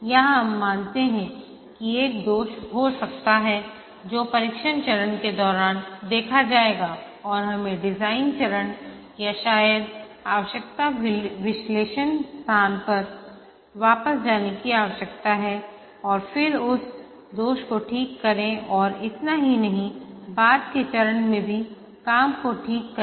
यहां हम मानते हैं कि एक दोष हो सकता है जो परीक्षण चरण के दौरान देखा जाएगा और हमें डिज़ाइन चरण या शायद आवश्यकता विश्लेषण स्थान पर वापस जाने की आवश्यकता है और फिर उस दोष को ठीक करें और इतना ही नहीं बाद के चरण में भी काम को ठीक करें